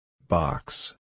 Box